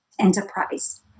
enterprise